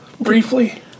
briefly